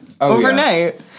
overnight